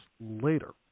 later